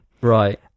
Right